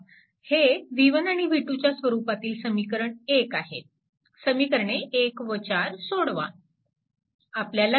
हे v1आणि v2च्या स्वरूपातील समीकरण 1 आहे